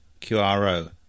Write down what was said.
QRO